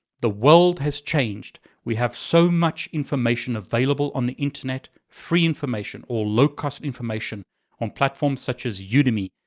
the world has changed. we have so much information available on the internet, free information or low cost information on platforms such as yeah udemy.